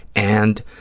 and